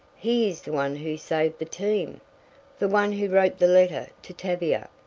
he is the one who saved the team the one who wrote the letter to tavia.